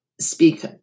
speak